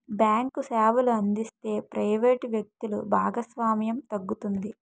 bank సేవలు అందిస్తే private వ్యక్తులు భాగస్వామ్యం తగ్గుతుంది